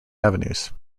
avenues